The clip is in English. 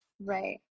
Right